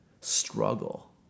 struggle